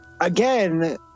again